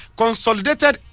consolidated